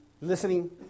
listening